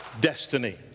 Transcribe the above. destiny